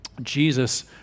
Jesus